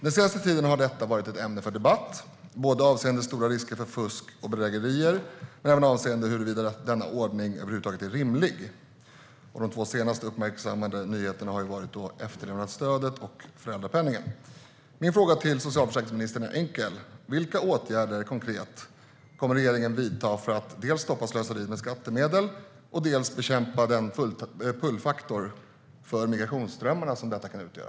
Den senaste tiden har detta varit ett ämne för debatt, både avseende stor risk för fusk och bedrägerier samt avseende huruvida denna ordning över huvud taget är rimlig. De två senaste uppmärksammade nyheterna har gällt efterlevandestödet och föräldrapenningen. Min fråga till socialförsäkringsministern är enkel: Vilka konkreta åtgärder kommer regeringen att vidta för att dels stoppa slöseriet med skattemedel, dels bekämpa den pullfaktor för migrationsströmmarna som detta kan utgöra?